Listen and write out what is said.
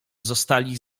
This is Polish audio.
zostali